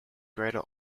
greater